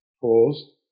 pause